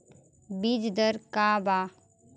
बीज दर का वा?